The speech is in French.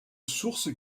source